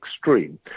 extreme